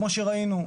כמו שראינו,